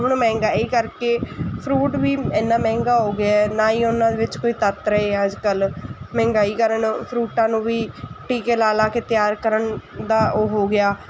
ਹੁਣ ਮਹਿੰਗਾਈ ਕਰਕੇ ਫਰੂਟ ਵੀ ਇੰਨਾਂ ਮਹਿੰਗਾ ਹੋ ਗਿਆ ਨਾ ਹੀ ਉਹਨਾਂ ਵਿੱਚ ਕੋਈ ਤੱਤ ਰਹੇ ਆ ਅੱਜ ਕੱਲ੍ਹ ਮਹਿੰਗਾਈ ਕਾਰਨ ਫਰੂਟਾਂ ਨੂੰ ਵੀ ਟੀਕੇ ਲਾ ਲਾ ਕੇ ਤਿਆਰ ਕਰਨ ਦਾ ਉਹ ਹੋ ਗਿਆ